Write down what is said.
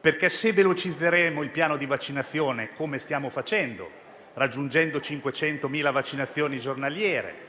perché, se velocizzeremo il piano di vaccinazione come stiamo facendo, raggiungendo 500.000 vaccinazioni giornaliere